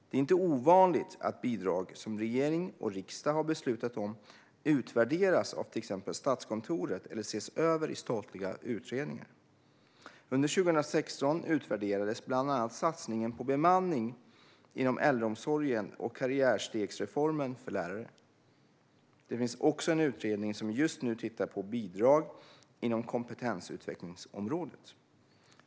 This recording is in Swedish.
Det är inte ovanligt att bidrag som regering och riksdag har beslutat om utvärderas av till exempel Statskontoret eller ses över i statliga utredningar. Under 2016 utvärderades bland annat satsningen på bemanning inom äldreomsorgen och karriärstegsreformen för lärare. Det finns också en utredning som just nu tittar på bidrag inom kompetensutvecklingsområdet.